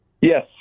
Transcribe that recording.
Yes